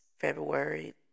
February